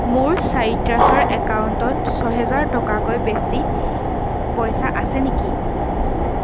মোৰ চাইট্ৰাছৰ একাউণ্টত ছয় হেজাৰ টকাতকৈ বেছি পইচা আছে নেকি